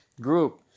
group